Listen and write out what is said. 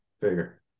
figure